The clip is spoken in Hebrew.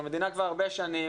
המדינה כבר הרבה שנים,